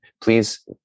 please